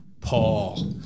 Paul